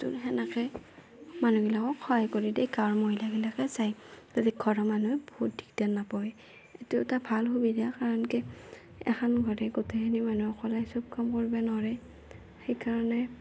বস্তু সেনেকে মানুহবিলাকক সহায় কৰি দিয়ে গাঁৱৰ মহিলাবিলাকে যাই যাতে ঘৰৰ মানুহে বহুত দিগদাৰ নাপ'ৱে এইটো এটা ভাল সুবিধা কাৰণ কিয় এখান ঘৰে গোটেইখিনি মানুহে অকলে চব কাম কৰবা ন'ৰে সেইকাৰণে